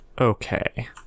Okay